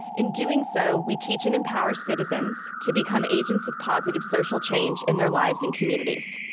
in doing so, we teach and empower citizens to become agents of positive social change in their lives and communities.